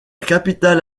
capitale